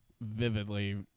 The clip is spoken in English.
vividly